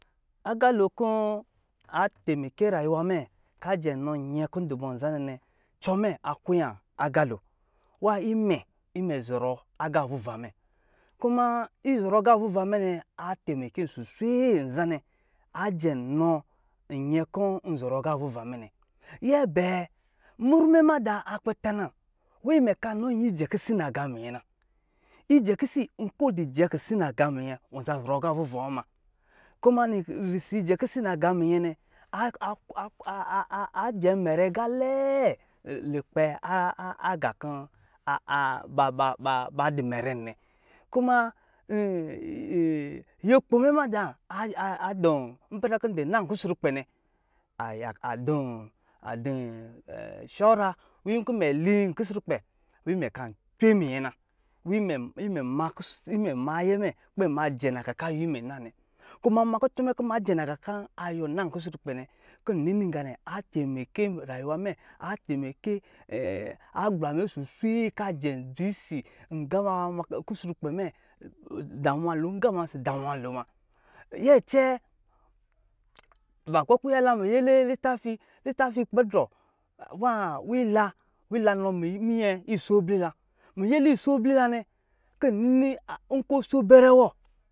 Agalokɔ atemece rayuwa mɛ kajɛ nɔ nyɛ kɔ dubɔ nza nɛ nɛ cɔmɛ akuwan aga lo nwa imɛ imɛ zɔrɔ aga vuva mɛ kuma izɔrɔ aga vun amɛ nɛ atemi ce susee aje nɔ nyɛ kɔ nzɔrɔ aga vuva mɛ nɛ. Nyɛ bɛɛ mru hiɛ mada akpɛ tanan imɛ kanni nyɛ ijɛ kisi naga minyɛ na ijɛ kisi nkɔ wy dɔ nyɛ ijɛ kyi naga miny ɛ wɔ za zɔrɔ aga vuvawɔ ma kuma risi ijɛ kisi nega minyɛ nɛ a-aajɛn mɛrɛ aga lɛɛ lukpɛ aga kɔ ba dɔ mɛrennɛ kuma nyɛkpo mɛ mada adɔn ipɛrɛ kɔ ndɔ nan kusrukpɛ nɛ adɔn sɔwɔra wan nkɔ mɛ lin kusrukpɛ nwi mɛ kan cwe minyɛ na nwimɛ ma ayɛ mɛ ma jɛnga kɔ awɔmɛ nanɛ kuma nmakucɔ mɛ kunma jeŋnakɔ awɔnanɛ kusrukpɛ mɛ kɔ rayuwa ngana atemece rayuwa mɛ lɛɛ kɔ ngama kusrukpɛ mɛ damowa to mɛ zan ndamowa lo ma. Nyɛ cɛɛ ba kpɛ kwaya la miyele litafi, latafi kpɛdrɔ wa ila nɔ minyɛ iso ablila imele iso abula nɛ kɔ nnini nkɔ so bɛrɛ wɔ.